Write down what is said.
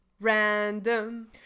Random